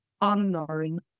unknown